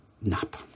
nap